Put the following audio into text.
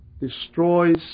destroys